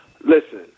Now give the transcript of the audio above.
Listen